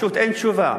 פשוט אין תשובה.